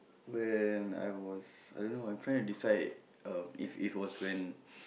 ya I was I dunno I trying to decide it was when